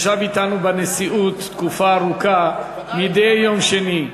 ישב אתנו בנשיאות תקופה ארוכה מדי יום שני.